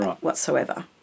whatsoever